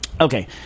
Okay